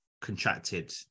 contracted